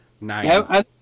nine